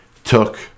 took